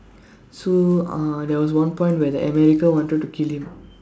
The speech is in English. so uh there was one point where the America wanted to kill him